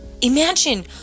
Imagine